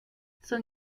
son